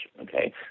Okay